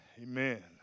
Amen